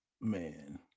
man